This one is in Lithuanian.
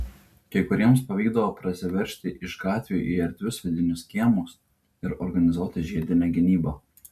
kai kuriems pavykdavo prasiveržti iš gatvių į erdvius vidinius kiemus ir organizuoti žiedinę gynybą